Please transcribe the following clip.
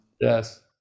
yes